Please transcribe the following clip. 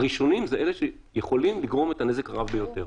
הראשונים הם אלה שיכולים לגרום את הנזק הרב ביותר.